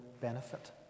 benefit